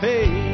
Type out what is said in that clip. Hey